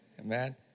Amen